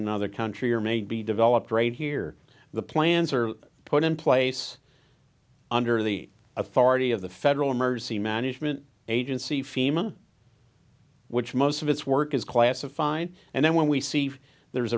another country or may be developed right here the plans are put in place under the authority of the federal emergency management agency fema which most of its work is classified and then when we see there's